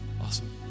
Awesome